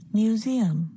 museum